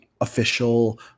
official